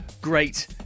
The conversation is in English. great